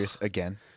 again